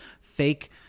fake